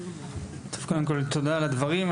קודם כל תודה על הדברים.